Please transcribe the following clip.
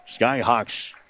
Skyhawks